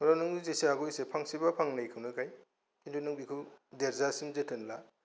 नों जेसे हागौ एसे फांसे बा फांनैखौनो गाय खिन्थु नों बेखौ देरजासिम जोथोन ला